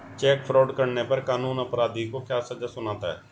Check fraud करने पर कानून अपराधी को क्या सजा सुनाता है?